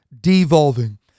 devolving